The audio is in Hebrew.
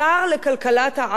השר-על לכלכלה,